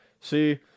See